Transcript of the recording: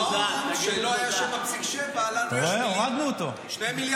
רביבו הצביע בטעות במקומו של חבר